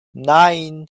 nein